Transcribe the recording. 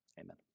Amen